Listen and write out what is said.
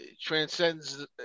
transcends